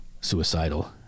suicidal